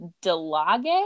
delage